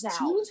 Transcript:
out